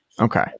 Okay